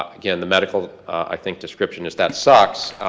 again, the medical, i think, description is, that sucks.